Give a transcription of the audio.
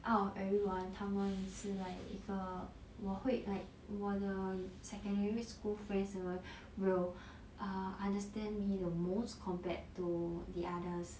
out of everyone 他们是 like 一个我会 like 我的 secondary school friends 的人 will understand me the most compared to the others